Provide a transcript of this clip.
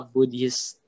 Buddhist